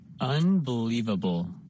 Unbelievable